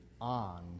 on